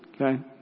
Okay